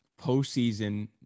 postseason